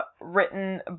written